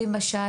בנוסף,